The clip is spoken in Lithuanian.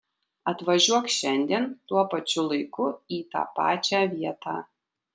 atvažiuok šiandien tuo pačiu laiku į tą pačią vietą